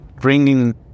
bringing